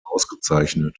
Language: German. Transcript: ausgezeichnet